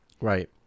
Right